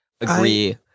agree